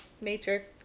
nature